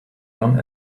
long